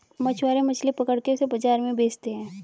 मछुआरे मछली पकड़ के उसे बाजार में बेचते है